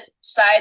side